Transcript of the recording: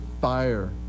fire